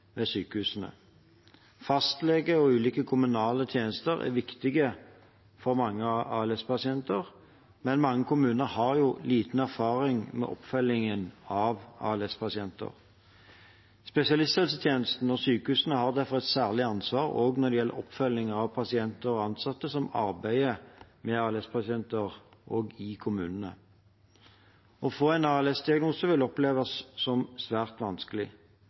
og ulike kommunale tjenester er viktig for mange ALS-pasienter, men mange kommuner har liten erfaring med oppfølging av ALS-pasienter. Spesialisthelsetjenesten og sykehusene har derfor et særlig ansvar også når det gjelder oppfølgingen av pasienter og av ansatte som arbeider med ALS-pasienter i kommunen. Å få en ALS-diagnose vil oppleves som svært vanskelig.